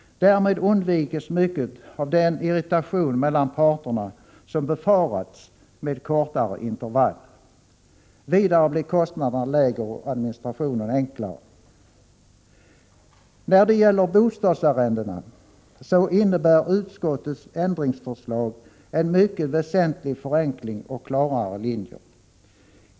Därmed undviks mycket av den irritation mellan parterna som befarats med kortare intervall. Vidare blir kostnaderna lägre och administrationen enklare. När det gäller bostadsarrendena innebär utskottets ändringsförslag en mycket väsentlig förenkling och ger klarare linjer.